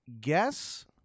guess